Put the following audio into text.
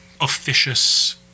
officious